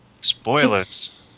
Spoilers